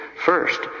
First